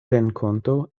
renkonto